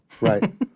Right